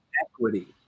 equity